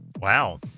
wow